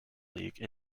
league